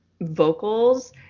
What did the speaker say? vocals